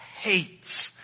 hates